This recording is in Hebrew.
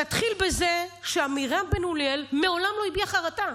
נתחיל בזה שעמירם בן אוליאל מעולם לא הביע חרטה.